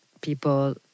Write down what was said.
people